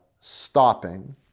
stopping